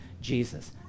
Jesus